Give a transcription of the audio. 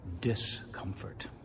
discomfort